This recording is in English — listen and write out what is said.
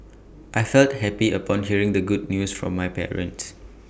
I felt happy upon hearing the good news from my parents